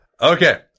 okay